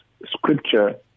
Scripture